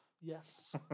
Yes